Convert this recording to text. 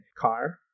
car